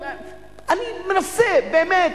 באמת,